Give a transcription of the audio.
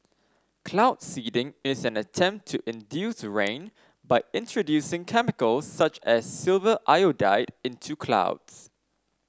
cloud seeding is an attempt to induce rain by introducing chemicals such as silver iodide into clouds